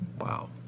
Wow